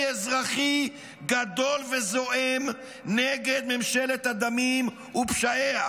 אזרחי גדול וזועם נגד ממשלת הדמים ופשעיה,